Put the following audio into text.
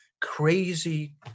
crazy